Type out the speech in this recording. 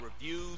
reviews